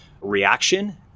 reaction